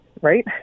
right